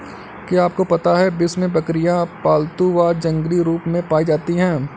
क्या आपको पता है विश्व में बकरियाँ पालतू व जंगली रूप में पाई जाती हैं?